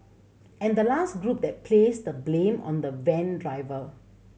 and the last group that placed the blame on the van driver